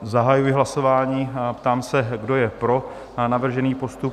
Zahajuji hlasování a ptám se, kdo je pro navržený postup?